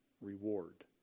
reward